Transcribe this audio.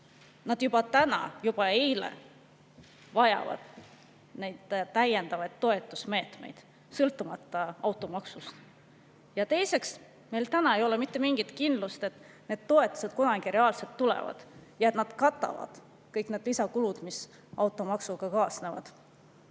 juba täna, juba eile vajasid täiendavaid toetusmeetmeid, sõltumata automaksust. Ja teiseks, meil täna ei ole mitte mingit kindlust, et need toetused kunagi reaalselt tulevad ja et need katavad kõik lisakulud, mis automaksuga kaasnevad.